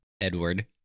Edward